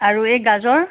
আৰু এই গাজৰ